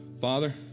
Father